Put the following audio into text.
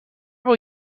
will